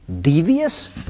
Devious